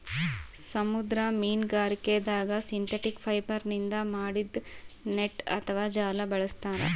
ಸಮುದ್ರ ಮೀನ್ಗಾರಿಕೆದಾಗ್ ಸಿಂಥೆಟಿಕ್ ಫೈಬರ್ನಿಂದ್ ಮಾಡಿದ್ದ್ ನೆಟ್ಟ್ ಅಥವಾ ಜಾಲ ಬಳಸ್ತಾರ್